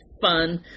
fun